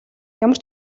ямар